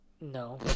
No